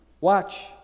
Watch